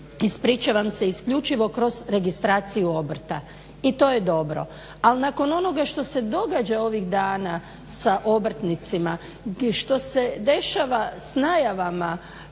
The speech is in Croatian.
ispričavam se isključivo kroz registraciju obrta i to je dobro. ali nakon ovoga što se događa ovih dana sa obrtnicima, što se dešava s najavama